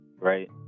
right